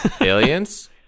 Aliens